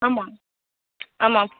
ஆமாம் ஆமாம்